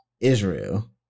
Israel